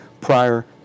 prior